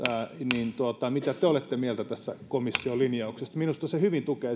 niin mitä te olette mieltä tästä komission linjauksesta minusta se hyvin tukee